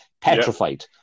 petrified